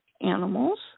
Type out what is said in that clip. animals